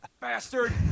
bastard